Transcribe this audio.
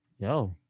Yo